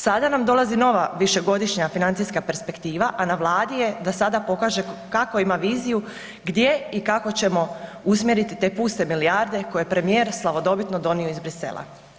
Sada nam dolazi nova višegodišnja financijska perspektiva, a na Vladi da sada pokaže kakvu ima viziju gdje i kako ćemo usmjeriti te puste milijarde koje je premijer slavodobitno donio iz Bruxellesa.